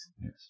Yes